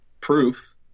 proof